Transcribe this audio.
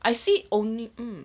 I see only mm